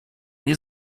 nie